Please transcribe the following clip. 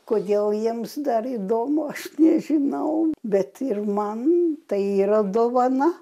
kodėl jiems dar įdomu aš nežinau bet man tai yra dovana